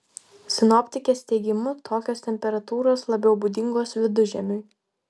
sinoptikės teigimu tokios temperatūros labiau būdingos vidužiemiui